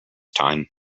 time